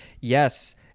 yes